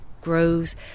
grows